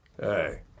Hey